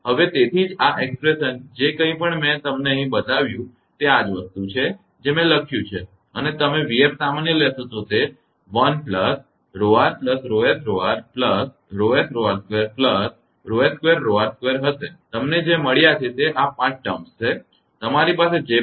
હવે તેથી જ આ અભિવ્યક્તિ જે કંઈપણ મેં તમને અહીં બતાવ્યું તે આ જ વસ્તુ છે જે મેં લખ્યું છે તમે તે 𝑣𝑓 સામાન્ય લેશો તો તે 1 𝜌𝑟 𝜌𝑠𝜌𝑟 𝜌𝑠𝜌𝑟2 𝜌𝑠2𝜌𝑟2 હશે તમને જે મળ્યા છે તે 5 શબ્દો છે તમારી પાસે જે પણ છે